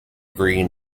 green